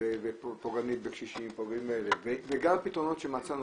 ופוגענית בקשישים ופוגענית ב וגם הפתרונות שמצאנו,